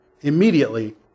Immediately